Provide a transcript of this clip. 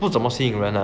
不怎么吸引人